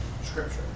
scripture